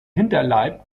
hinterleib